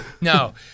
no